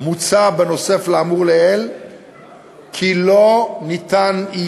מוצע נוסף על האמור לעיל כי לא יהיה